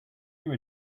your